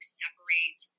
separate